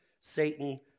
Satan